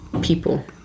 people